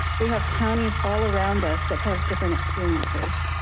we have counties all around us that have different experiences.